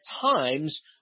times